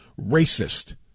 racist